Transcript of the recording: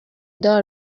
دار